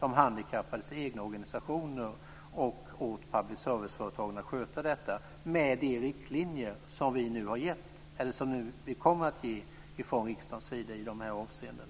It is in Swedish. de handikappades egna organisationer och åt public service-företagen att sköta detta med de riktlinjer som vi nu kommer att ge från riksdagens sida i dessa avseenden.